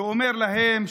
ואומר להם,